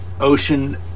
ocean